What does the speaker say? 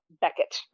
Beckett